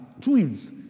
twins